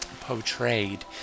portrayed